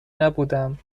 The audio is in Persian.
نبودم